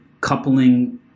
coupling